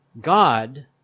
God